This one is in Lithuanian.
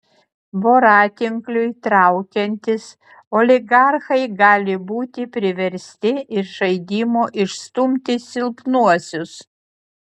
voratinkliui traukiantis oligarchai gali būti priversti iš žaidimo išstumti silpnuosius